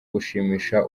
gushimisha